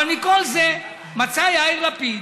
אבל מכל זה מצא יאיר לפיד